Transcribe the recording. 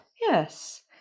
Yes